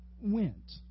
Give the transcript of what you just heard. went